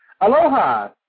Aloha